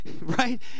Right